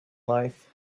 life